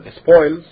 spoils